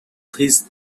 this